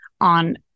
on